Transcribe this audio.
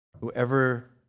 whoever